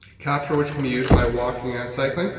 capture which can be used by walking and cycling.